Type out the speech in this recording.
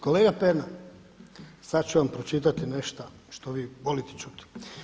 Kolega Pernar sad ću vam pročitati nešta šta vi volite čuti.